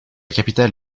capitale